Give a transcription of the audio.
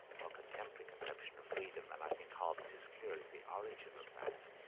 our contemporary conception of freedom, and i think hobbes is clearly the origin of that.